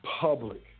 public